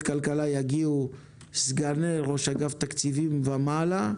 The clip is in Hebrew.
כלכלה יגיעו סגן ראש אגף תקציבים ומעלה,